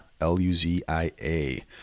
L-U-Z-I-A